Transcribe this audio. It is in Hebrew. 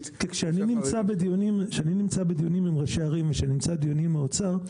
כשאני נמצא בדיונים עם ראשי ערים וכשאני נמצא בדיונים עם האוצר,